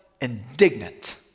indignant